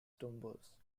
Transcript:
tumbes